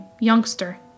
youngster